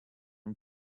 and